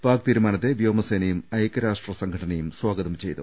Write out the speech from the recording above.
പാക് തീരുമാനത്തെ വ്യോമ സേനയും ഐക്യരാഷ്ട്ര സംഘടനയും സ്വാഗതം ചെയ്തു